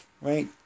Right